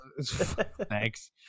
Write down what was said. Thanks